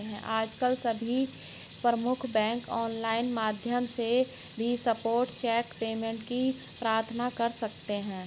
आजकल सभी प्रमुख बैंक ऑनलाइन माध्यम से भी स्पॉट चेक पेमेंट की प्रार्थना कर सकते है